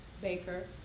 Baker